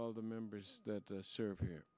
all the members that serve here